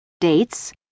dates